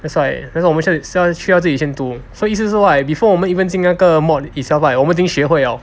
that's why that's why 我们需要需要自己先读 so 意思是 right before 我们进那个 mod itself right 我们已经学会了